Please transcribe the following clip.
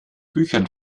büchern